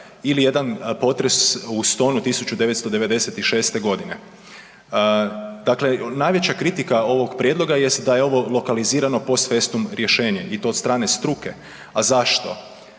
ili jedan potres u Stonu 1996. godine. Dakle, najveća kritika ovog prijedloga jest da je ovo lokalizirano post festum rješenje i to od strane struke. A zašto?